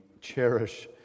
cherish